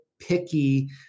picky